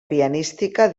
pianística